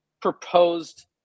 proposed